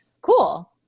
cool